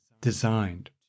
designed